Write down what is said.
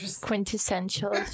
quintessential